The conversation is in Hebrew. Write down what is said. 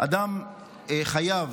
אדם חייב